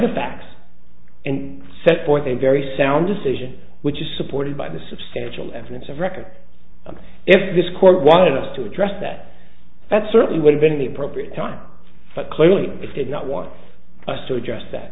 the facts and set forth a very sound decision which is supported by the substantial evidence of record that if this court wanted us to address that that certainly would have been the appropriate time but clearly it did not want us to address that